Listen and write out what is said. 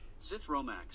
Zithromax